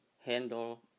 handle